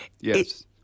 Yes